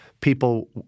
people